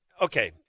Okay